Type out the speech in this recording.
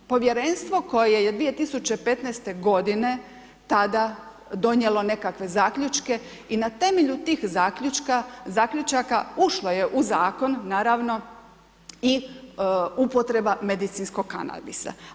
Povjerenstvo koje je 2015. g. tada, donijelo nekakve zaključke i na temelju tih zaključaka, ušlo je u zakon, naravno i upotreba medicinskog kanabisa.